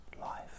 life